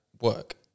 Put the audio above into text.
work